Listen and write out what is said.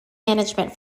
management